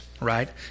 right